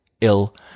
ill